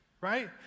right